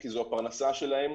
כי זו הפרנסה שלהם,